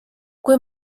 kui